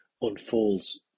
unfolds